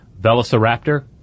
Velociraptor